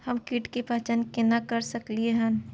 हम कीट के पहचान केना कर सकलियै हन?